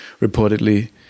reportedly